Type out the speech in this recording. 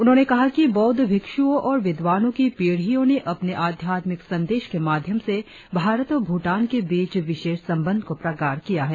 उन्होंने कहा कि बौद्ध भिक्षुओं और विद्वानों की पीढ़ियों ने अपने आध्यात्मिक संदेश के माध्यम से भारत और भूटान के बीच विशेष संबंध को प्रगाढ़ किया है